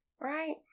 right